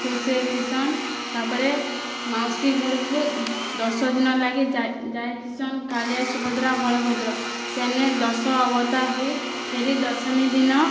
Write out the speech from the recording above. ଖୁସିରେ ଥିସନ୍ ତା'ପରେ ମାଉସୀ ଘର୍କୁ ଦଶ ଦିନ ଲାଗି ଯାଇ ସନ୍ କାଳିଆ ସୁଭଦ୍ରା ବଳଭଦ୍ର ସେନେ ଦଶ ଅବତାର ହୋଇ ଫେରି ଦଶମୀ ଦିନ